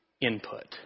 input